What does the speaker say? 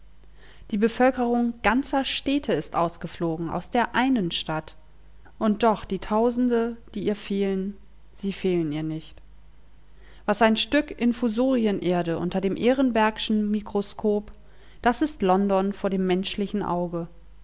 die bevölkerung ganzer städte ist ausgeflogen aus der einen stadt und doch die tausende die ihr fehlen sie fehlen ihr nicht was ein stück infusorienerde unter dem ehrenbergschen mikroskop das ist london vor dem menschlichen auge